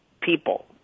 people